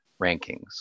rankings